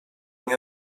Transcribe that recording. nie